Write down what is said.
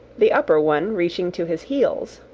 the upper one reaching to his heels.